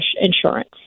insurance